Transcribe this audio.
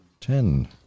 Ten